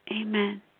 Amen